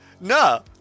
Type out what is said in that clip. no